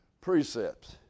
precepts